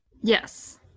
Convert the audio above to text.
Yes